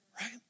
Right